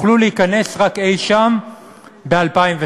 תוכלו להיכנס רק אי-שם ב-2016.